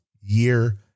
year